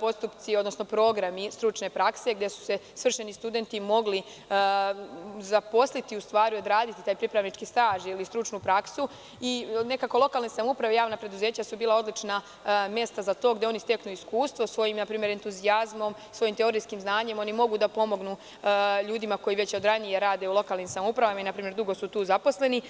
postupci, odnosno programi stručne prakse, gde su se svršeni studenti mogli zaposliti, u stvari odraditi taj pripravnički staž ili stručnu praksu, i nekako lokalne samouprave i javna preduzeća su bila odlična mesta za to gde oni steknu iskustvo svojim entuzijazmom, svojim teorijskim znanjem oni mogu da pomognu ljudima koji već od ranije rade u lokalnim samoupravama i dugo su tu zaposleni.